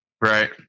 Right